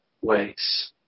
ways